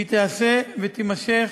והיא תיעשה ותימשך